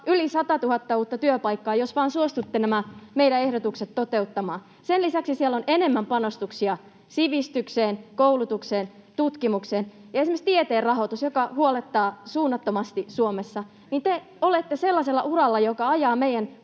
yli 100 000 uutta työpaikkaa, jos vain suostutte nämä meidän ehdotuksemme toteuttamaan. Sen lisäksi siellä on enemmän panostuksia sivistykseen, koulutukseen, tutkimukseen. Esimerkiksi tieteen rahoitus huolettaa suunnattomasti Suomessa, ja te olette sellaisella uralla, joka ajaa meidän